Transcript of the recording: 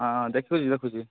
ହଁ ଦେଖୁଛି ଦେଖୁଛି